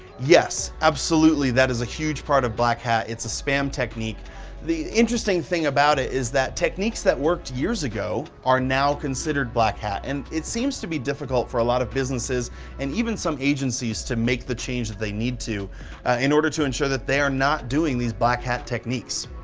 yes, absolutely, that is a huge part of black hat. it's a spam technique the interesting thing about it is that techniques that worked years ago are now considered black hat. and it seems to be difficult for a lot of businesses and even some agencies to make the change that they need to in order to ensure that they are not doing these black hat techniques.